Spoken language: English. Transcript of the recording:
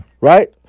Right